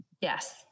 yes